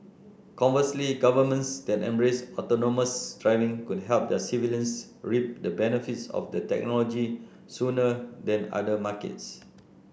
conversely governments that embrace autonomous driving could help their civilians reap the benefits of the technology sooner than other markets